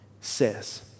says